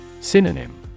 Synonym